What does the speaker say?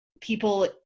people